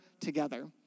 together